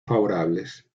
favorables